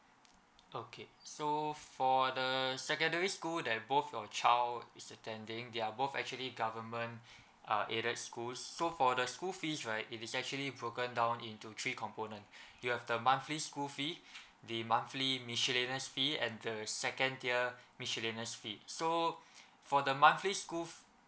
okay so for the secondary school that both your child is attending they're both actually government uh aided schools so for the school fees right it is actually broken down into three component you have the monthly school fee the monthly miscellaneous fee and the second tier miscellaneous fee so for the monthly school